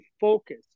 focus